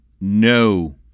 no